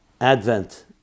advent